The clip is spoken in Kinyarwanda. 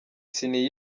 ciney